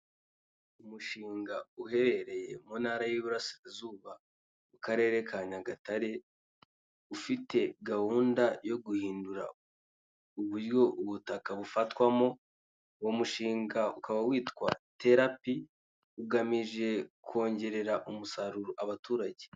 Umushinga uherereye mu ntara y'iburasirazuba mu karere ka Nyagatare ufite gahunda yo guhindura uburyo ubutaka bufatwamo uwo mushinga ukaba witwa terapi ugamije kongerera umusaruro abaturage.